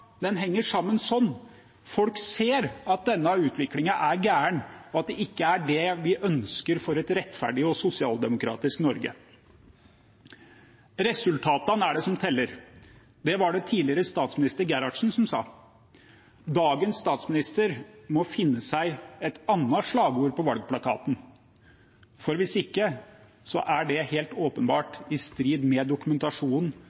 henger sammen. Folk ser at denne utviklingen er gal, og at det ikke er dette vi ønsker for et rettferdig og sosialdemokratisk Norge. Resultatene er det som teller. Det var det tidligere statsminister Gerhardsen som sa. Dagens statsminister må finne seg et annet slagord på valgplakaten, for hvis ikke er det helt